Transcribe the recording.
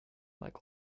like